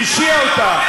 הרשיע אותה.